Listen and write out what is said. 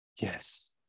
Yes